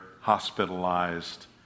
hospitalized